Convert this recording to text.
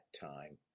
time